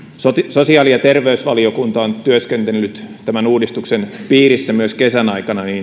sosiaali ja terveysvaliokunta on työskennellyt tämän uudistuksen piirissä myös kesän aikana